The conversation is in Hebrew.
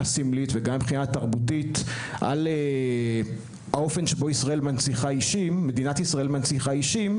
סמלית וגם מבחינה תרבותית על האופן שבו מדינת ישראל מנציחה אישית,